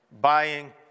buying